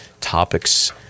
topics